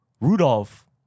Rudolph